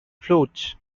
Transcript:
flutes